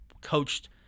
coached